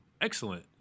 excellent